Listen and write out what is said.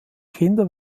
kinder